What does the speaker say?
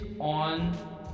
on